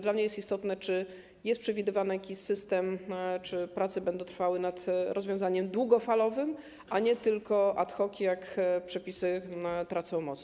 Dla mnie jest istotne, czy jest przewidywany jakiś system, czy będą trwały prace nad rozwiązaniem długofalowym, a nie tylko ad hoc, jak przepisy stracą moc.